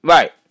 Right